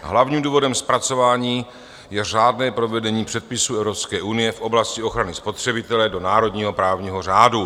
Hlavním důvodem zpracování je řádné provedení předpisů Evropské unie v oblasti ochrany spotřebitele do národního právního řádu.